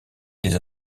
des